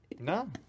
No